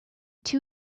two